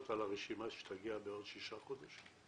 על הרשימה שתגיע בעוד שישה חודשים?